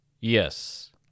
Yes